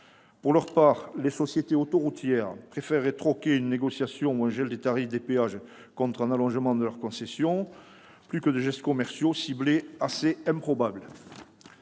Pour leur part, les sociétés autoroutières préféreraient troquer une négociation ou un gel des tarifs des péages contre un allongement de leurs concessions, plutôt que de consentir des gestes commerciaux ciblés assez improbables.